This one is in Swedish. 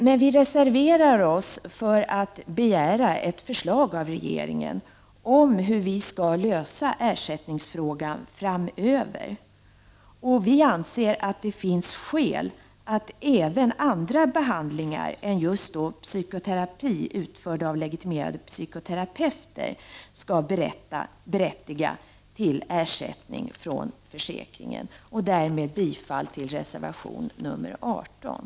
Men vi reserverar oss för att begära ett förslag av regeringen om hur vi skall lösa ersättningsfrågan framöver. Vi anser att det finns skäl att även andra behandlingar än psykoterapi — utförd av legitimerade psykoterapeuter — skall berättiga till ersättning från försäkringen. Därmed yrkar jag bifall till reservation nr 18.